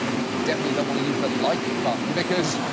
you definitely don't want to use the like button, because.